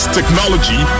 Technology